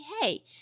hey